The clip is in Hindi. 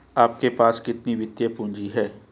आपके पास कितनी वित्तीय पूँजी है?